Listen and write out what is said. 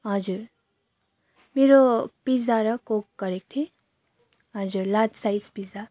हजुर मेरो पिज्जा र कोक गरेको थिएँ हजुर लार्ज साइज पिज्जा